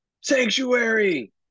Sanctuary